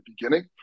beginning